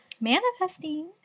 manifesting